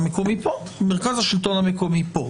מרכז השלטון המקומי פה.